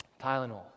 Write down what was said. Tylenol